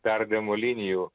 perdavimo linijų